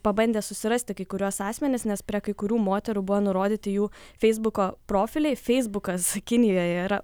pabandė susirasti kai kuriuos asmenis nes prie kai kurių moterų buvo nurodyti jų feisbuko profiliai feisbukas kinijoje yra